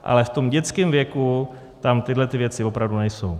Ale v dětském věku, tam tyhle věci opravdu nejsou.